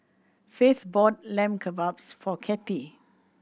Faith bought Lamb Kebabs for Cathie